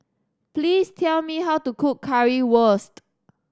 please tell me how to cook Currywurst